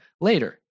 later